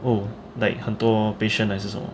oh like 很多 patient 还是什么